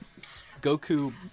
Goku